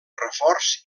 reforç